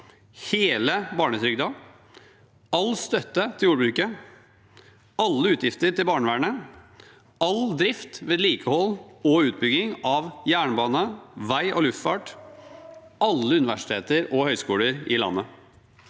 hele barnetrygden, all støtte til jordbruket, alle utgifter til barnevernet, all drift, vedlikehold og utbygging av jernbane, vei og luftfart, og alle universiteter og høyskoler i landet.